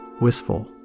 wistful